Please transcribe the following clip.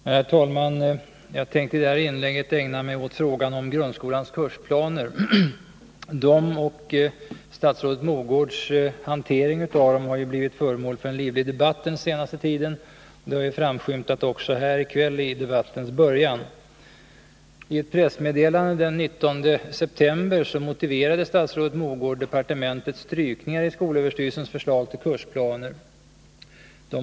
Herr talman! Jag tänkte i det här inlägget ägna mig åt frågan om grundskolans kursplaner. Dessa och statsrådet Mogårds hantering av dem har blivit föremål för en livlig debatt den senste tiden. Det har också framskymtat här i kväll, i debattens början. I ett pressmeddelande den 19 september motiverade statsrådet Mogård departementets strykningar i skolöverstyrelsens förslag till kursplaner.